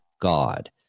God